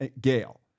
Gail